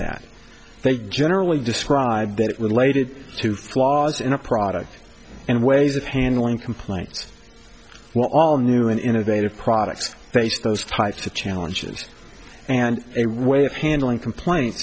that they generally describe that related to flaws in a product and ways of handling complaints well all new and innovative products face those types of challenges and a way of handling complain